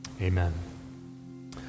Amen